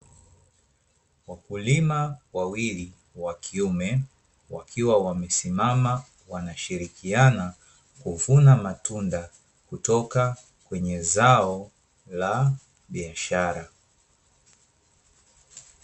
Wakulima wawili wakiume wakiwa wamesimama wakishirikiana kuvuna matunda kutoka kwenye zao la biashara.